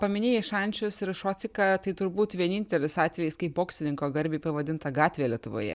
paminėjai šančius ir šociką tai turbūt vienintelis atvejis kai boksininko garbei pavadinta gatvė lietuvoje